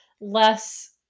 less